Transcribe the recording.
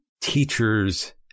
teachers